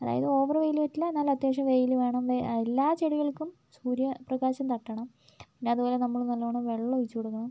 അതായത് ഓവ വെയിൽ പറ്റില്ല എന്നാൽ അത്യാവശ്യം വെയിൽ വേണം എല്ലാ ചെടികൾക്കും സൂര്യ പ്രകാശം തട്ടണം പിന്നെ അതുപോലെ നമ്മൾ നല്ലോണം വെള്ളമൊഴിച്ച് കൊടുക്കണം